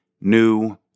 new